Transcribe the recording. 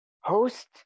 host